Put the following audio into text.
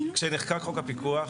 כשנחקק חוק הפיקוח,